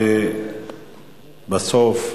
ובסוף,